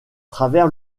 travers